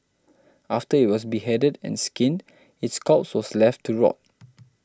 after it was beheaded and skinned its corpse was left to rot